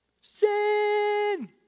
Sin